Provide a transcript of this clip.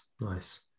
Nice